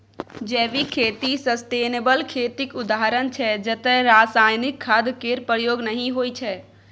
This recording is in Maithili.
जैविक खेती सस्टेनेबल खेतीक उदाहरण छै जतय रासायनिक खाद केर प्रयोग नहि होइ छै